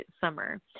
summer